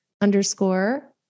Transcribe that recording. underscore